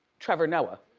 trevor noah.